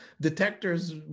detectors